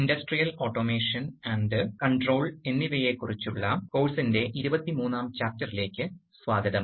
വ്യാവസായിക ഓട്ടോമേഷൻ നിയന്ത്രണത്തിന്റെ 42 ാം പാഠത്തിലേക്ക് സ്വാഗതം